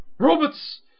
Robots